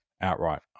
outright